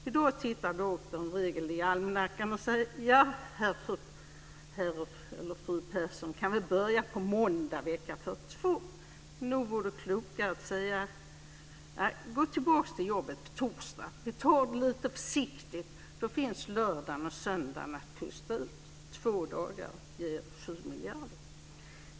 I dag tittar doktorn i regel i almanackan och säger: Ja, herr eller fru Persson kan väl börja på måndag vecka 42. Men nog vore det klokare att säga: Gå tillbaka till jobbet på torsdag. Vi tar det lite försiktigt. Då finns lördagen och söndagen att pusta ut på.